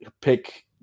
pick